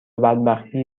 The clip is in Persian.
بدبختی